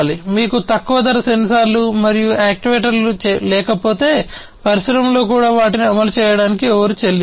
మీకు తక్కువ ధర సెన్సార్లు మరియు యాక్యుయేటర్లు లేకపోతే పరిశ్రమలలో కూడా వాటిని అమలు చేయడానికి ఎవరూ చెల్లించరు